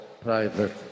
private